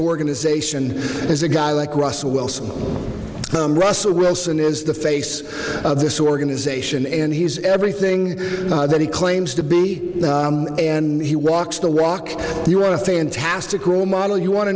organization is a guy like russell wilson russell wilson is the face of this organization and he's everything that he claims to be and he walks the rock you are a fantastic role model you want to